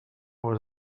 was